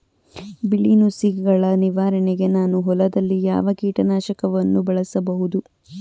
ಬಿಳಿ ನುಸಿಗಳ ನಿವಾರಣೆಗೆ ನಾನು ಹೊಲದಲ್ಲಿ ಯಾವ ಕೀಟ ನಾಶಕವನ್ನು ಬಳಸಬಹುದು?